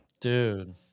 Dude